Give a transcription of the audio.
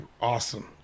Awesome